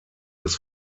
des